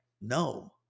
no